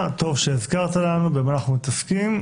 טוב שהזכרת לנו במה אנו מתעסקים.